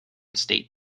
state